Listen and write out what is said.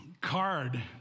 card